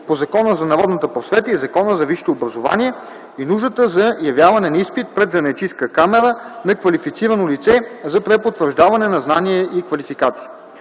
по Закона за народната просвета и Закона за висшето образование, и нуждата за явяване на изпит пред занаятчийска камара на квалифицирано лице за препотвърждаване на знания и квалификация.